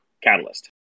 Catalyst